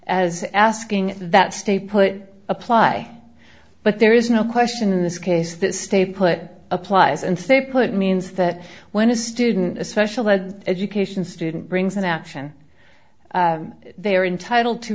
as asking that stay put apply but there is no question in this case the stay put applies and say put means that when a student a special ed education student brings an action they are entitled to